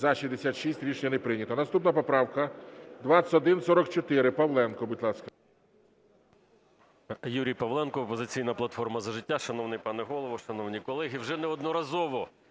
За-66 Рішення не прийнято. Наступна поправка 2144. Павленко, будь ласка.